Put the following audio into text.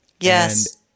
Yes